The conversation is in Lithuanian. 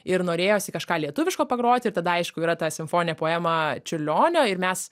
ir norėjosi kažką lietuviško pagroti ir tada aišku yra ta simfoninė poema čiurlionio ir mes